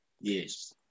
Yes